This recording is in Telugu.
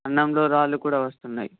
అన్నంలో రాళ్ళు కూడా వస్తున్నాయి